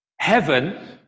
Heaven